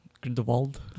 Grindelwald